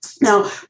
Now